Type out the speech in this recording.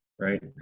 right